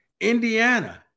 Indiana